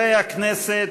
חברי הכנסת,